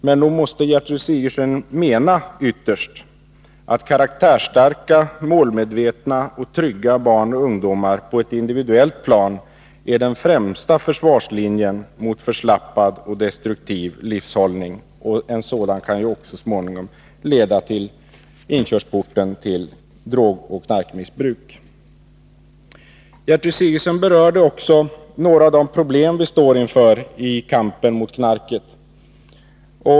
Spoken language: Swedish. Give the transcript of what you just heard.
Men nog måste Gertrud Sigurdsen mena att karaktärsstarka, målmedvetna och trygga barn och ungdomar på ett individuellt plan är den främsta försvarslinjen mot förslappad och destruktiv livshållning — en livshållning som också så småningom kan leda till drogoch narkotikamissbruk. Gertrud Sigurdsen berörde också några av de problem som vi står inför i kampen mot knarket.